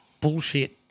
bullshit